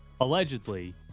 allegedly